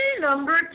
number